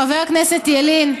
לחבר הכנסת ילין.